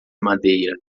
madeira